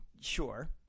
sure—